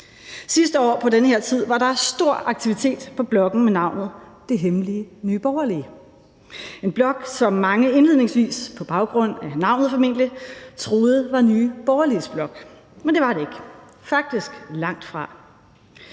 Sidste år på den her tid var der stor aktivitet på bloggen med navnet Det Hemmelige Nye Borgerlige, en blog, som mange indledningsvis på baggrund af navnet formentlig troede var Nye Borgerliges blog. Men det var det ikke, faktisk langtfra.